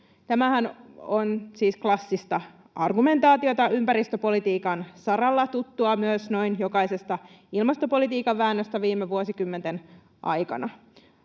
Tämähän on siis klassista argumentaatiota ympäristöpolitiikan saralla, tuttua myös noin jokaisesta ilmastopolitiikan väännöstä viime vuosikymmenten aikana.